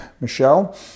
Michelle